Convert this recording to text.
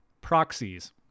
proxies